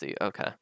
Okay